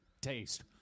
taste